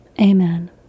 Amen